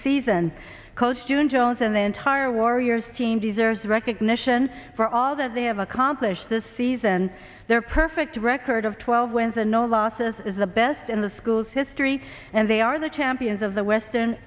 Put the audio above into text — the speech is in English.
season coach june jones and the entire warriors team deserves recognition for all that they have accomplished this season and their perfect record of twelve wins and no losses is the best in the school's history and they are the champions of the western